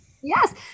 Yes